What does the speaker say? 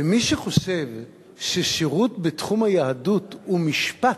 ומי שחושב ששירות בתחום היהדות הוא משפט,